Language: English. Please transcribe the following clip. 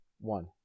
One